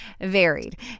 varied